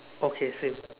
okay same